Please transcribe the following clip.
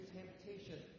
temptation